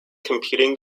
computing